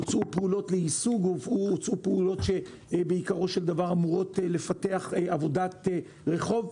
הוצע לקיים פעולות שאמורות לפתח עבודת רחוב,